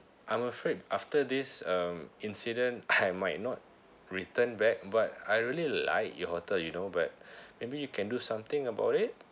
I'm afraid after this um incident I might not return back but I really like your hotel you know but maybe you can do something about it